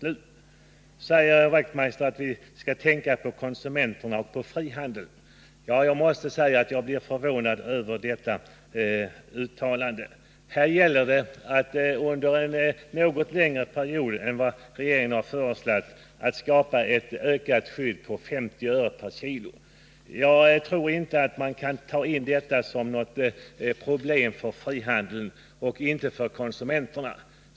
Nu säger herr Wachtmeister att vi skall tänka på konsumenterna och på frihandeln. Jag måste säga att jag blir förvånad över detta uttalande. Här gäller det att under en något längre period än den regeringen har föreslagit skapa ett ökat skydd med 50 öre per kilo. Jag tror inte att man kan betrakta detta som ett problem för frihandeln eller konsumenterna.